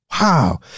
Wow